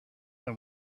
than